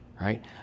right